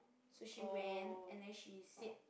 so she went and then she sit